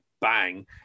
bang